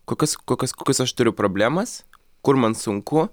kokius kokius kokius aš turiu problemas kur man sunku